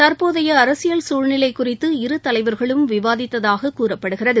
தற்போதைய அரசியல் சூழ்நிலை குறித்து இரு தலைவர்களும் விவாதித்ததாகக் கூறப்படுகிறது